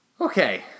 Okay